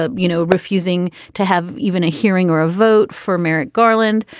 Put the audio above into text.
ah you know, refusing to have even a hearing or a vote for merrick garland,